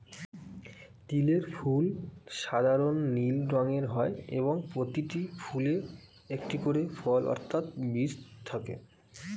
তিলের ফুল সাধারণ নীল রঙের হয় এবং প্রতিটি ফুলে একটি করে ফল অর্থাৎ বীজ থাকে